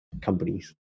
companies